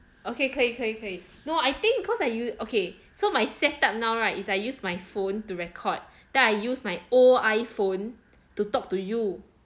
okay 可以可以可以 no I think cause I use okay so my set up now right is I use my phone to record then I use my old iphone to talk to you